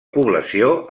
població